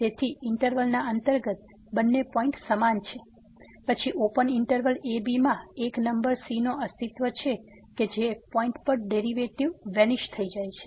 તેથી ઈંટરવલ ના અંતર્ગત બંને પોઈંટ સમાન છે પછી ઓપન ઈંટરવલ a b માં એક નંબર c નો અસ્તિત્વ છે કે જે પોઈંટ પર ડેરીવેટીવ વેનીશ થઈ જાય છે